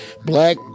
black